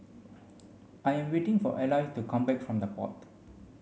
I am waiting for Eloise to come back from The Pod